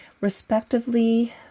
respectively